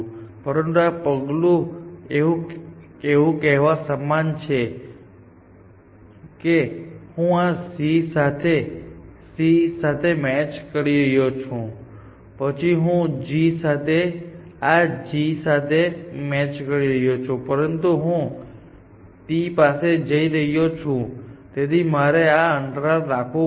પરંતુ આ પગલું એ કહેવા સમાન છે કે હું આ C સાથે C સાથે મેચ કરી રહ્યો છું પછી હું આ G સાથે આ G સાથે મેચ કરી રહ્યો છું પરંતુ પછી હું T પાસે જઈ રહ્યો છું તેથી મારે આ અંતર રાખવું પડશે